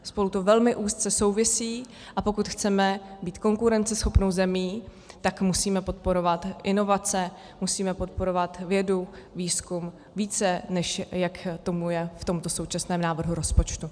Spolu to velmi úzce souvisí, a pokud chceme být konkurenceschopnou zemí, tak musíme podporovat inovace, musíme podporovat vědu, výzkum více, než jak tomu je v tomto současném návrhu rozpočtu.